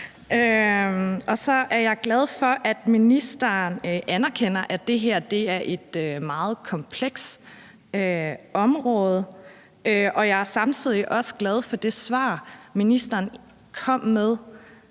Så er jeg glad for, at ministeren anerkender, at det her er et meget komplekst område, og jeg er samtidig også glad for det svar, ministeren kom med